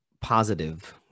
positive